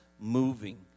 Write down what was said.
moving